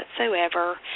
whatsoever